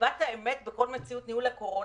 ליבת האמת בכל מציאות ניהול הקורונה,